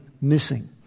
missing